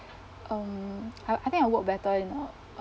um I I think I work better in a